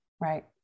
Right